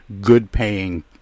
good-paying